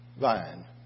vine